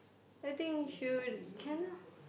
I think we should try lah